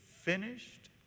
finished